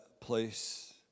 place